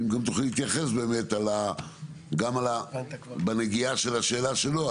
אם תוכלי להתייחס גם בנגיעה של השאלה שלו,